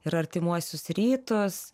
ir artimuosius rytus